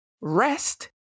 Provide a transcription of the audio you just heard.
Rest